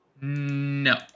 No